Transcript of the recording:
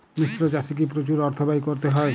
মিশ্র চাষে কি প্রচুর অর্থ ব্যয় করতে হয়?